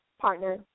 partner